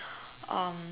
um